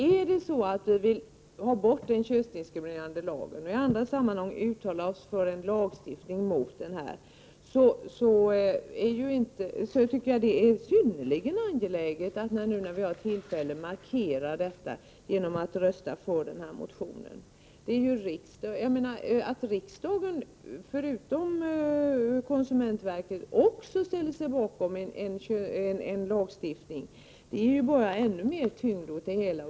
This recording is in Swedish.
Om vi vill få bort den könsdiskriminerande reklamen och i andra sammanhang uttala oss för en lagstiftning mot den, då tycker jag det är synnerligen angeläget att vi nu markerar detta genom att rösta för motionen i fråga. Att riksdagen förutom konsumentverket ställer sig bakom en lagstiftning ger ju ännu större tyngd åt det hela.